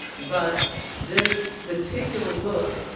but this particular book,